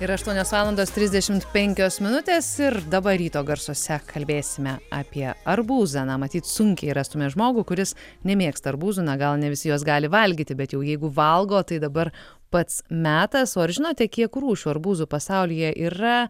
yra aštuonios valandos trisdešimt penkios minutės ir dabar ryto garsuose kalbėsime apie arbūzą na matyt sunkiai rastume žmogų kuris nemėgsta arbūzų na gal ne visi juos gali valgyti bet jau jeigu valgo tai dabar pats metas o ar žinote kiek rūšių arbūzų pasaulyje yra